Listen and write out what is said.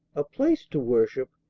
a place to worship,